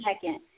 second